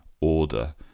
order